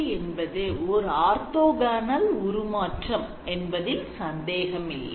DFT என்பது ஓர் orthogonal உருமாற்றம் என்பதில் சந்தேகம் இல்லை